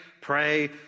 pray